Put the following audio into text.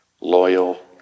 loyal